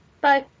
Bye